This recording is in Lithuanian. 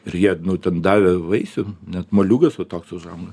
ir jie nu ten davė vaisių net moliūgas va toks užauga